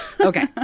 Okay